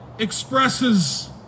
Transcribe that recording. expresses